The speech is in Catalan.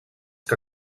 que